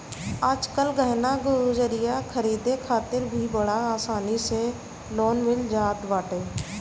आजकल गहना गुरिया खरीदे खातिर भी बड़ा आसानी से लोन मिल जात बाटे